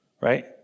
right